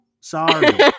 Sorry